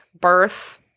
Birth